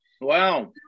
Wow